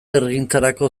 herrigintzarako